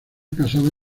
casada